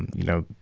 you know,